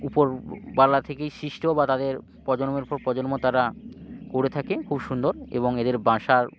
উপর বালা থেকেই সৃষ্টি হোক বা তাদের প্রজন্মের পর প্রজন্ম তারা করে থাকে খুব সুন্দর এবং এদের বাসার